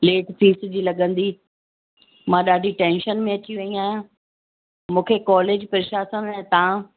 late fees जी लॻंदी मां ॾाढी टैंशन में अची वई आहियां मूंखे कॉलेज प्रशासन ऐं तव्हां